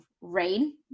Rain